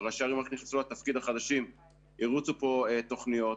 שנכנסו ראשי הערים החדשים הריצו כאן תוכניות.